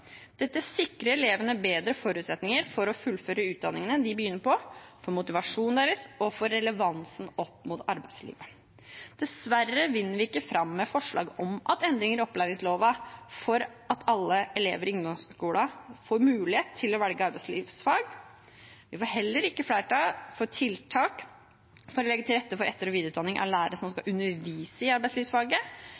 Dette sikrer elevene bedre forutsetninger for å fullføre utdanningene de begynner på, og for motivasjonen deres og for relevansen opp mot arbeidslivet. Dessverre vinner vi ikke fram med forslag om endringer i opplæringsloven for at alle elever i ungdomsskolen får mulighet til å velge arbeidslivsfag. Vi får heller ikke flertall for tiltak for å legge til rette for etter- og videreutdanning av lærere som skal